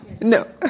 No